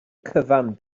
cyfan